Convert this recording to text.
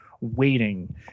waiting